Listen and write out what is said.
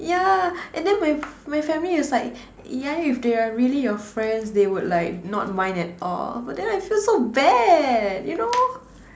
yeah and then my my family is like ya if they are really your friends they would like not mind at all but then I feel so bad you know